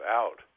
out